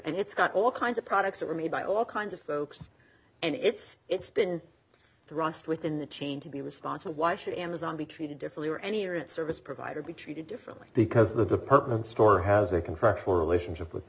and it's got all kinds of products that are made by all kinds of folks and it's it's been thrust within the chain to be response why should amazon be treated differently or any or its service provider be treated differently because the department store has a contract for relationship with the